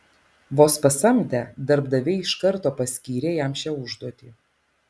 vos pasamdę darbdaviai iš karto paskyrė jam šią užduotį